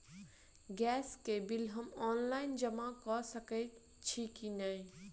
Gas केँ bill हम online जमा कऽ सकैत छी की नै?